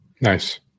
Nice